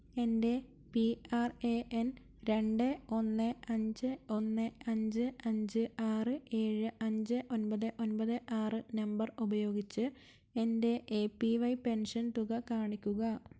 എന്റെ P R A N രണ്ട് ഒന്ന് അഞ്ച് ഒന്ന് അഞ്ച് അഞ്ച് ആറ് ഏഴ് അഞ്ച് ഒൻപത് ഒൻപത് ആറ് നമ്പർ ഉപയോഗിച്ച് എന്റെ എ പി വൈ പെൻഷൻ തുക കാണിക്കുക